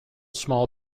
small